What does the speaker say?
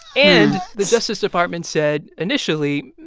and the justice department said, initially,